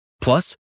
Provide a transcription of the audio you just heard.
Plus